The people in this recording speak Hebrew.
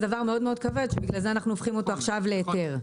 דבר מאוד כבר שבגלל זה אנחנו הופכים אותו עכשיו להיתר.